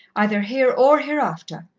either here or hereafter.